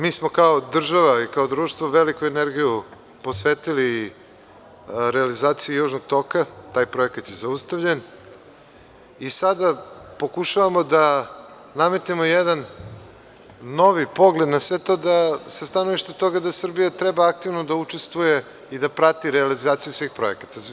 Mi smo kao država i kao društvo veliku energiju posvetili realizaciji Južnog toka, taj projekat je zaustavljen i sada pokušavamo da nametnemo jedan novi pogled na sve to da sa stanovišta toga da Srbija treba aktivno da učestvuje i da prati realizaciju svih projekata.